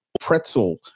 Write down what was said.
pretzel